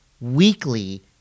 weekly